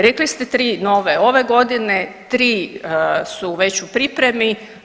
Rekli ste 3 nove ove godine, 3 su već u pripremi.